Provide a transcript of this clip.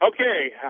Okay